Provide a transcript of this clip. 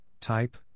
type